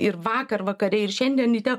ir vakar vakare ir šiandien ryte